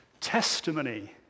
testimony